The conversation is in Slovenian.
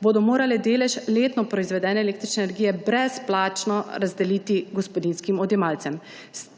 bodo morale delež letno proizvedene električne energije brezplačno razdeliti gospodinjskim odjemalcem;